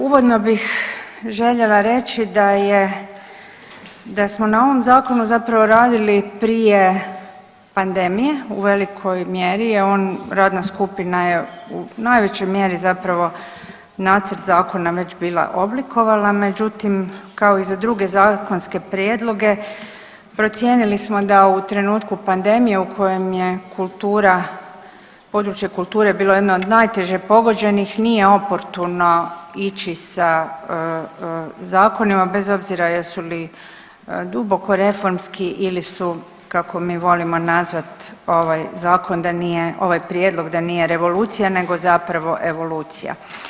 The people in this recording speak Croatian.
Uvodno bih željela reći da je, da smo na ovom zakonu zapravo radili prije pandemije u velikoj mjeri je on, radna skupina je u najvećoj mjeri zapravo nacrt zakona već bila oblikovala, međutim kao i za druge zakonske prijedloge procijenili smo da u trenutku pandemije u kojem je kultura, područje kulture bilo jedno od najteže pogođenih nije oportuno ići sa zakonima bez obzira jesu li duboko reformski ili su kako mi volimo nazvati ovaj zakon da nije, ovaj prijedlog da nije revolucija nego zapravo evolucija.